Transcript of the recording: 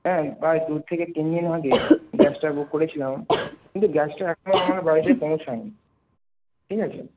হ্যাঁ প্রায় দু থেকে তিনদিন আগে গ্যাসটা বুক করেছিলাম কিন্তু গ্যাসটা এখনও আমার বাড়িতে পৌঁছয়নি ঠিক আছে